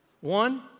one